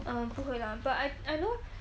um 不会 lah but I I know